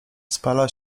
spala